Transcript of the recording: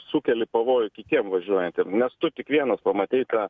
sukeli pavojų kitiem važiuojantiem nes tu tik vienas pamatei tą